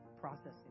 processing